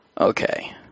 Okay